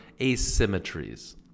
asymmetries